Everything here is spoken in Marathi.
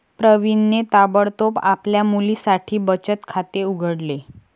प्रवीणने ताबडतोब आपल्या मुलीसाठी बचत खाते उघडले